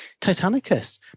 Titanicus